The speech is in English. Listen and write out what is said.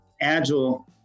agile